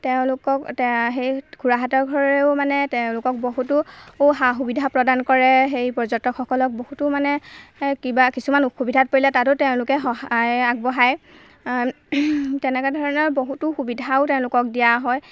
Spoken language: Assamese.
তেওঁলোকক সেই খুৰাহঁতৰ ঘৰেও মানে তেওঁলোকক বহুতো সা সুবিধা প্ৰদান কৰে সেই পৰ্যটকসকলক বহুতো মানে কিবা কিছুমান অসুবিধাত পৰিলে তাতো তেওঁলোকে সহায় আগবঢ়ায় তেনেকৈ ধৰণৰ বহুতো সুবিধাও তেওঁলোকক দিয়া হয়